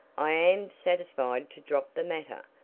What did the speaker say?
i am satisfied to drop the matter.